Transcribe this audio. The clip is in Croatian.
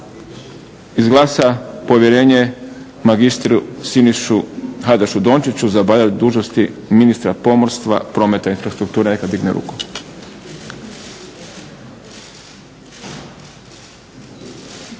izglasa povjerenja magistru Sinišu Hajdašu Dončiću za obavljanje dužnosti ministra pomorstva, prometa i infrastrukture neka digne ruku?